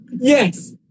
Yes